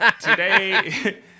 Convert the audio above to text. today